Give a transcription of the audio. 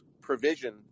provision